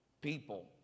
people